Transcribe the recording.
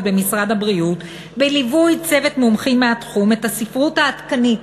במשרד הבריאות בליווי צוות מומחים מהתחום את הספרות העדכנית.